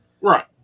Right